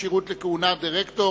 כשירות לכהונה כדירקטור),